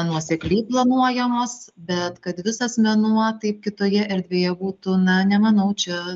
nuosekliai planuojamos bet kad visas mėnuo taip kitoje erdvėje būtų na nemanau čia